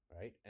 Right